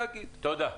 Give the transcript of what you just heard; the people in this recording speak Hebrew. תודה.